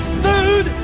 food